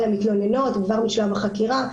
כבר משלב החקירה.